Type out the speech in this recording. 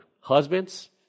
husbands